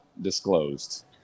Disclosed